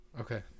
Okay